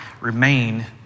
remain